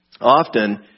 often